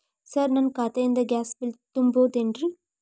Sir ನನ್ನ ಖಾತೆಯಿಂದ gas bill ತುಂಬಹುದೇನ್ರಿ?